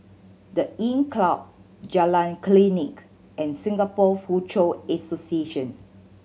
The Inncrowd Jalan Klinik and Singapore Foochow Association